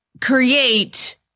create